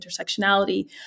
intersectionality